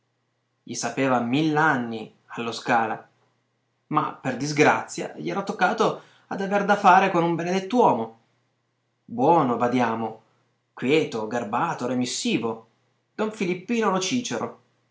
gli sapeva mill'anni allo scala ma per disgrazia gli era toccato ad aver da fare con un benedett'uomo buono badiamo quieto garbato remissivo don filippino lo cìcero